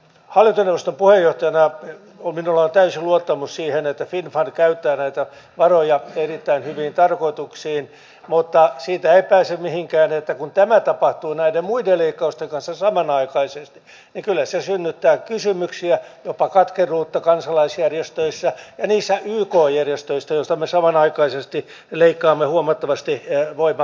hallintoneuvoston puheenjohtajana minulla on täysi luottamus siihen että finnfund käyttää näitä varoja erittäin hyviin tarkoituksiin mutta siitä ei pääse mihinkään että kun tämä tapahtuu näiden muiden leikkausten kanssa samanaikaisesti niin kyllä se synnyttää kysymyksiä jopa katkeruutta kansalaisjärjestöissä ja niissä yk järjestöissä joista me samanaikaisesti leikkaamme huomattavasti voimavaroja